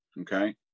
Okay